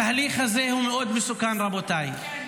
התהליך הזה הוא מאוד מסוכן, רבותיי,